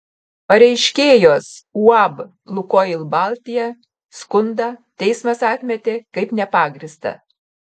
pareiškėjos uab lukoil baltija skundą teismas atmetė kaip nepagrįstą